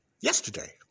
yesterday